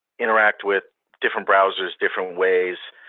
interact with different browsers different ways.